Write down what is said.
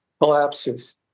collapses